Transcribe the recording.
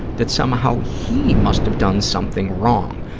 that somehow he must have done something wrong,